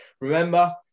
Remember